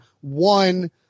one